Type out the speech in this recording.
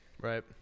Right